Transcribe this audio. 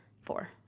four